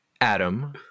Adam